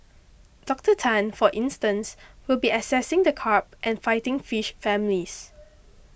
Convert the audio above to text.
Docter Tan for instance will be assessing the carp and fighting fish families